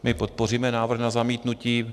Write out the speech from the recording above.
My podpoříme návrh na zamítnutí.